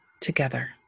Together